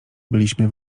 byliśmy